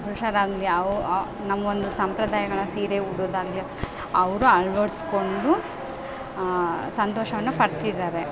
ಹುಷಾರಾಗಲಿ ಅವು ನಮ್ಗೊಂದು ಸಂಪ್ರದಾಯಗಳ ಸೀರೆ ಉಡೋದಾಗ್ಲಿ ಅವರು ಅಳ್ವಡಿಸ್ಕೊಂಡು ಸಂತೋಷವನ್ನು ಪಡ್ತಿದಾರೆ